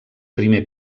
primer